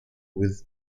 with